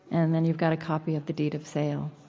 and then, you've got a copy of the deed of sale.